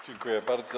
Dziękuję bardzo.